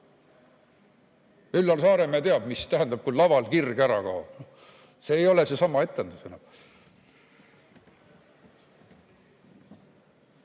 Üllar Saaremäe teab, mis tähendab, kui laval kirg ära kaob. See ei ole seesama etendus